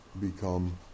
become